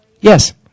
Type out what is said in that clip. Yes